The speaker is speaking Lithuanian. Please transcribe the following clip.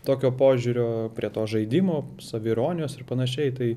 tokio požiūrio prie to žaidimo saviironijos ir panašiai tai